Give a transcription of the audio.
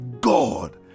God